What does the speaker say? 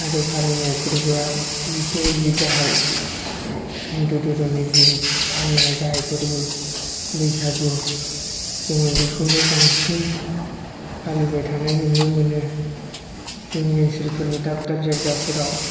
आरो फालिनाय फोर्बोआ बिसोरनि जे गाहाय हिन्दु धोरोमनि जे फालिनाय गाहाय फोर्बो बैसागु जों बेखौनो बांसिन फालिबाय थानाय नुनो मोनो जोंनि ओनसोलफोरनि दाब दाब जायगाफोराव